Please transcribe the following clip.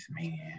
man